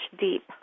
deep